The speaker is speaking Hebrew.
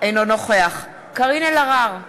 אינו נוכח קארין אלהרר,